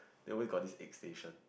they always got this egg station